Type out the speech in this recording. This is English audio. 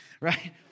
right